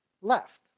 left